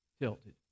Tilted